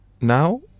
Now